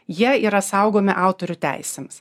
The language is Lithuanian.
jie yra saugomi autorių teisėmis